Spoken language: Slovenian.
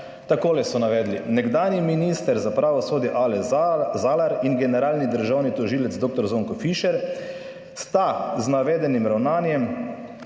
takole so navedli: "Nekdanji minister za pravosodje Aleš Zalar in generalni državni tožilec dr. Zvonko Fišer sta z navedenim ravnanjem